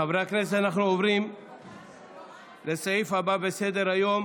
חברי הכנסת, אנחנו עוברים לסעיף הבא בסדר-היום,